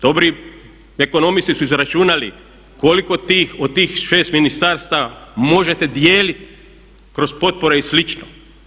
Dobri ekonomisti su izračunali koliko tih, od tih 6 ministarstava možete dijeliti kroz potpore i slično.